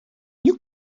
you